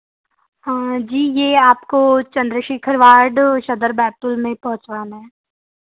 हाँ जी यह आपको चंद्रशेखर वार्ड सदर बैतूल में पहुँचवाना है